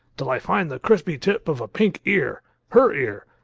till i find the crispy tip of a pink ear her ear.